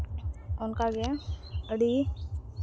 ᱚᱱᱠᱟᱜᱮ ᱟᱹᱰᱤ